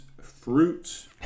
fruits